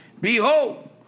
behold